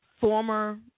former